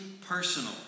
personal